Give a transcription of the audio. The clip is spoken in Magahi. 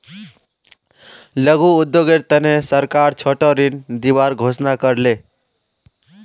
लघु उद्योगेर तने सरकार छोटो ऋण दिबार घोषणा कर ले